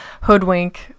hoodwink